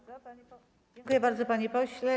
Dziękuję bardzo, panie pośle.